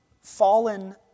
fallen